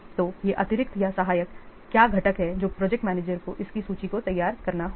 तो ये अतिरिक्त या सहायक क्या घटक हैं जो प्रोजेक्ट मैनेजर को इस सूची को तैयार करना होगा